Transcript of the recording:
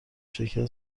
شرکت